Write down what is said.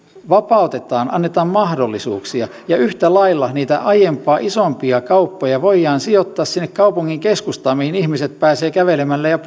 vapautetaan annetaan mahdollisuuksia ja yhtä lailla niitä aiempaa isompia kauppoja voidaan sijoittaa sinne kaupungin keskustaan mihin ihmiset pääsevät kävelemällä ja